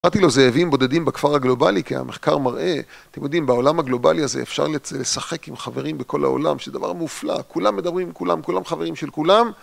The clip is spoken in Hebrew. קראתי לו זאבים בודדים בכפר הגלובלי, כי המחקר מראה, אתם יודעים, בעולם הגלובלי הזה אפשר לשחק עם חברים בכל העולם שזה דבר מופלא, כולם מדברים עם כולם, כולם חברים של כולם